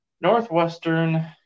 Northwestern